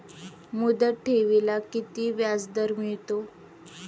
मुदत ठेवीला किती व्याजदर मिळतो?